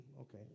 okay